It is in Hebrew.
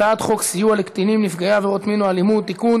הצעת חוק סיוע לקטינים נפגעי עבירות מין או אלימות (תיקון,